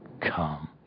come